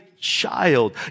child